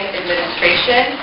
administration